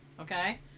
okay